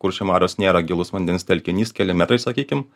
kuršių marios nėra gilus vandens telkinys keli metrai sakykim